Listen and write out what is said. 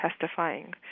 testifying